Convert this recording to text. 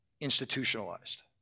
institutionalized